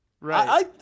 Right